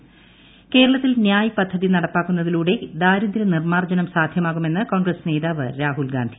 രാഹുൽ ഗാന്ധി കേരളത്തിൽ ന്യായ് പദ്ധതി നടപ്പിലാക്കുന്നതിലൂടെ ദാരിദ്ര്യ നിർമ്മാർജ്ജനം സാധ്യമാകുമെന്ന് കോൺഗ്രസ് നേതാവ് രാഹുൽഗാന്ധി